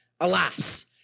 Alas